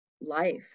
life